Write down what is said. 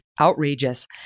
outrageous